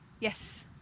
Yes